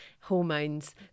hormones